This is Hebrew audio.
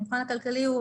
המבחן הכללי,